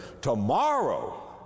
Tomorrow